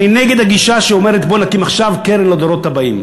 אני נגד הגישה שאומרת: בוא נקים עכשיו קרן לדורות הבאים.